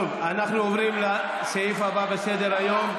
אנחנו עוברים לנושא הבא בסדר-היום.